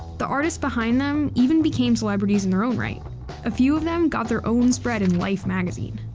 the artists behind them even became celebrities in their own right a few of them got their own spread in life magazine.